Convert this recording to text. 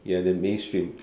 you are the mainstream